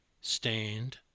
stand